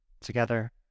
Together